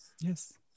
Yes